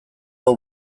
hau